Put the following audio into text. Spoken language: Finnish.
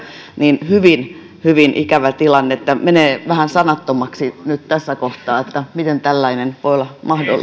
hyvin hyvin ikävä tilanne menee vähän sanattomaksi nyt tässä kohtaa että miten tällainen voi olla mahdollista